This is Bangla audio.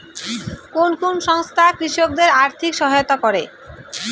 কোন কোন সংস্থা কৃষকদের আর্থিক সহায়তা করে?